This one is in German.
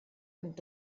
und